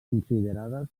considerades